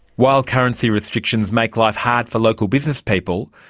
while currency restrictions make life hard for local business people,